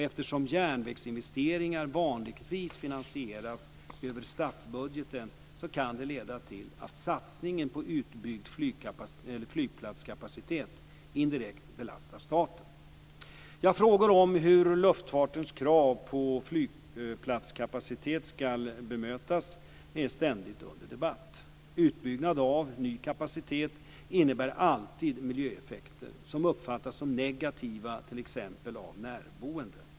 Eftersom järnvägsinvesteringar vanligtvis finansieras över statsbudgeten kan det leda till att satsningen på utbyggd flygplatskapacitet indirekt belastar staten. Frågor om hur luftfartens krav på flygplatskapacitet ska bemötas är ständigt under debatt. Utbyggnad av ny kapacitet innebär alltid miljöeffekter, som uppfattas som negativa t.ex. av närboende.